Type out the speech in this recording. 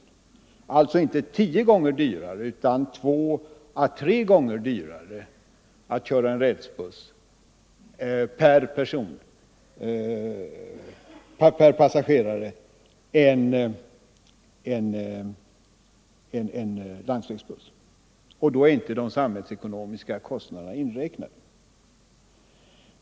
Att köra rälsbuss är alltså inte tio gånger dyrare per pasom.m. sagerare utan två å tre gånger dyrare per passagerera än att köra landsvägsbuss. Då är inte de samhällsekonomiska kostnaderna inräknade.